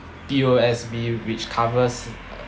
P_O_S_B which covers